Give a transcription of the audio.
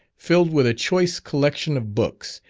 filled with a choice collection of books,